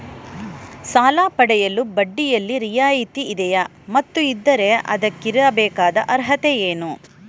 ಸಾಲ ಪಡೆಯಲು ಬಡ್ಡಿಯಲ್ಲಿ ರಿಯಾಯಿತಿ ಇದೆಯೇ ಮತ್ತು ಇದ್ದರೆ ಅದಕ್ಕಿರಬೇಕಾದ ಅರ್ಹತೆ ಏನು?